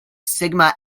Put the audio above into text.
sigma